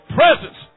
presence